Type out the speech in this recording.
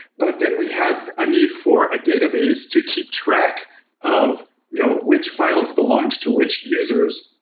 but then we had a need for a database to keep track of you know which files belonged to which users.